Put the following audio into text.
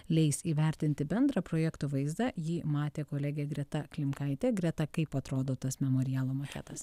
leis įvertinti bendrą projekto vaizdą jį matė kolegė greta klimkaitė greta kaip atrodo tas memorialo maketas